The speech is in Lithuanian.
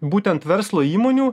būtent verslo įmonių